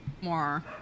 more